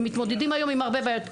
הם מתמודדים היום עם הרבה בעיות.